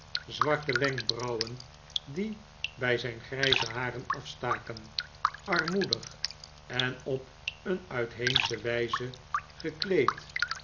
zwarte wenkbrauwen die bij zijn grijze haren afstaken armoedig en op een uitheemsche wijze gekleed